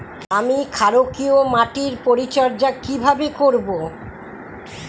আমি ক্ষারকীয় মাটির পরিচর্যা কিভাবে করব?